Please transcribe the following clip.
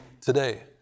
today